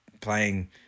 playing